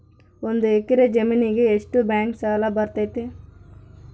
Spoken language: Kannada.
ಒಂದು ಎಕರೆ ಜಮೇನಿಗೆ ಎಷ್ಟು ಬ್ಯಾಂಕ್ ಸಾಲ ಬರ್ತೈತೆ?